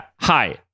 hi